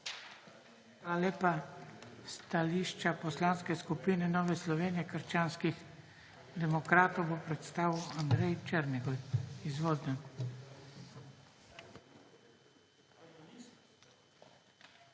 lepa. Stališče Poslanske skupine Nove Slovenije – krščanskih demokratov bo predstavil Mihael Prevc. Izvolite.